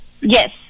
Yes